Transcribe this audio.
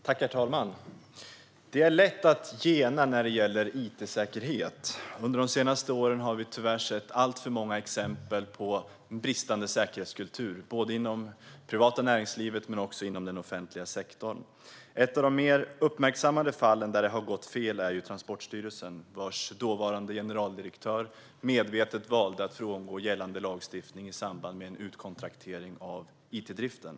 Herr talman! Det är lätt att gena när det gäller it-säkerhet. Under de senaste åren har vi tyvärr sett alltför många exempel på en bristande säkerhetskultur både inom det privata näringslivet och inom den offentliga sektorn. Ett av de mer uppmärksammade fallen där det har gått fel gäller Transportstyrelsen, vars dåvarande generaldirektör medvetet valde att frångå gällande lagstiftning i samband med en utkontraktering av it-driften.